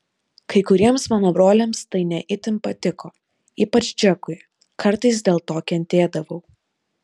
kai kuriems mano broliams tai ne itin patiko ypač džekui kartais dėl to kentėdavau